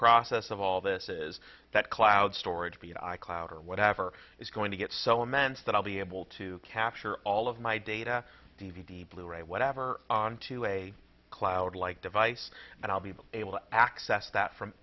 process of all this is that cloud storage be it i cloud or whatever is going to get so immense that i'll be able to capture all of my data d v d blu ray whatever onto a cloud like device and i'll be able to access that from